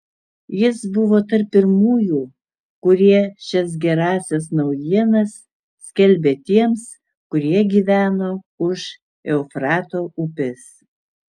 jis buvo tarp pirmųjų kurie šias gerąsias naujienas skelbė tiems kurie gyveno už eufrato upės